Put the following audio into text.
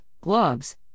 gloves